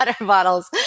bottles